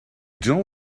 don’t